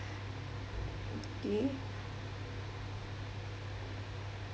okay